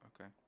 Okay